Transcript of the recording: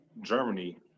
Germany